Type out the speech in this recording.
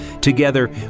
Together